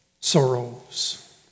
sorrows